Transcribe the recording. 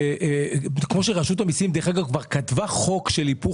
כמו שרשות המיסים כבר כתבה חוק של היפוך